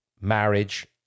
marriage